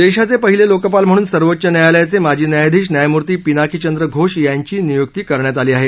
देशाचे पहिले लोकपाल म्हणून सर्वोच्च न्यायालयाचे माजी न्यायाधीश न्यायमूर्ती पिनाकीचंद्र घोष यांची नियुक्ती करण्यात आली आहे